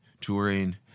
touring